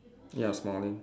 ya smiling